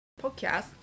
podcast